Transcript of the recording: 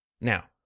Now